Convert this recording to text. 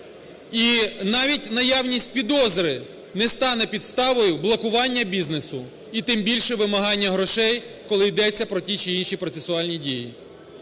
І навіть наявність підозри не стане підставою блокування бізнесу і тим більше вимагання грошей, коли ідеться про ті чи інші процесуальні дії.